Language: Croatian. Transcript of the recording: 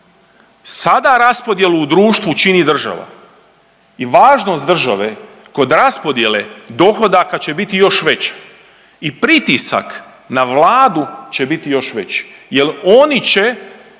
Sada raspodjelu u društvu čini država. I važnost države kod raspodijele dohodaka će biti još i veći i pritisak na Vladu će biti još veći jer oni će